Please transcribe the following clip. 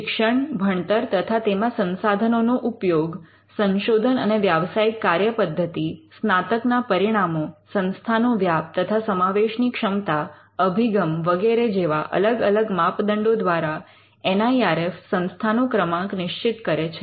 શિક્ષણ ભણતર તથા તેમાં સંસાધનોનો ઉપયોગ સંશોધન અને વ્યાવસાયિક કાર્યપદ્ધતિ સ્નાતકના પરિણામો સંસ્થાનો વ્યાપ તથા સમાવેશની ક્ષમતા અભિગમ વગેરે જેવા અલગ અલગ માપદંડો દ્વારા એન આઇ આર એફ સંસ્થાનો ક્રમાંક નિશ્ચિત કરે છે